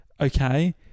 okay